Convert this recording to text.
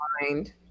mind